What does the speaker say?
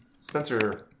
spencer